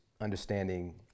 understanding